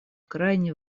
крайне